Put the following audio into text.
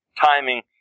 Timing